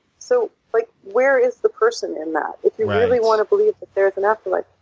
so like where is the person in that? if you really want to believe that there is an afterlife,